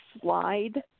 slide